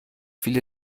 viele